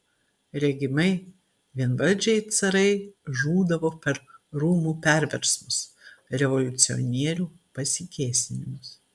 regimai vienvaldžiai carai žūdavo per rūmų perversmus revoliucionierių pasikėsinimus